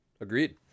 Agreed